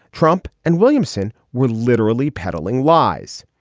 trump and williamson were literally peddling lies.